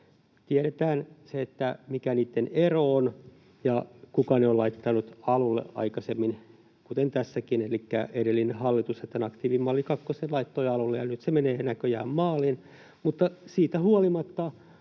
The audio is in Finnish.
Tiedetään se, mikä niitten ero on ja kuka ne on laittanut alulle aikaisemmin, kuten tässäkin. Elikkä edellinen hallitushan tämän aktiivimalli kakkosen laittoi alulle, ja nyt se menee näköjään maaliin,